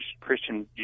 Christian